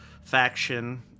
faction